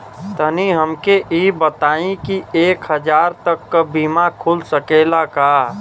तनि हमके इ बताईं की एक हजार तक क बीमा खुल सकेला का?